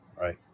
right